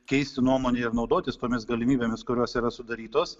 keisti nuomonę ir naudotis tomis galimybėmis kurios yra sudarytos